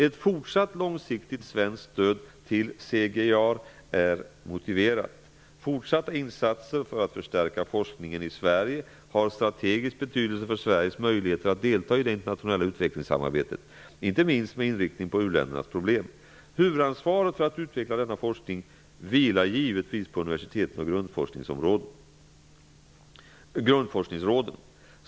Ett fortsatt långsiktigt svenskt stöd till CGIAR är motiverat. Sverige har strategisk betydelse för Sveriges möjligheter att delta i det internationella utvecklingssamarbetet, inte minst med inriktning på u-ländernas problem. Huvudansvaret för att utveckla denna forskning vilar givetvis på universiteten och grundforskningsråden.